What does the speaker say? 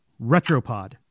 Retropod